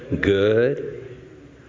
Good